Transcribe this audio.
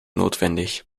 notwendig